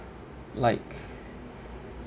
like